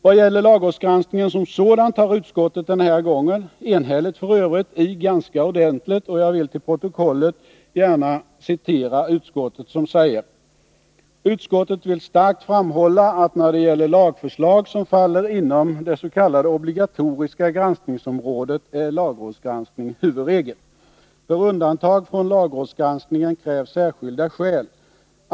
Vad gäller lagrådsgranskningen som sådan tar utskottet den här gången i — enhälligt för övrigt — ganska ordentligt, och jag vill till protokollet gärna citera utskottet som säger: ”Utskottet vill starkt framhålla att när det gäller lagförslag som faller inom det s.k. obligatoriska granskningsområdet är lagrådsgranskning huvudregel. För undantag från lagrådsgranskning krävs särskilda skäl.